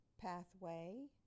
Pathway